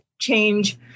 change